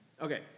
Okay